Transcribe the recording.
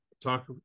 talk